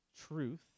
truth